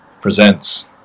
presents